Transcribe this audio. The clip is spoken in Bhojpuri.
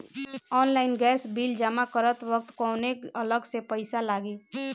ऑनलाइन गैस बिल जमा करत वक्त कौने अलग से पईसा लागी?